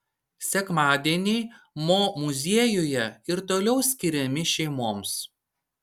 sekmadieniai mo muziejuje ir toliau skiriami šeimoms